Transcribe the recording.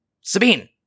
Sabine